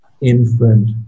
infant